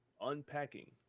Unpacking